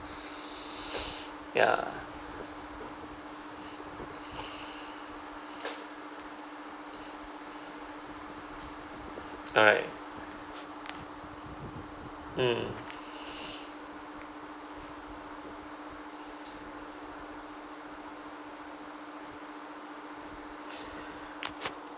ya alright mm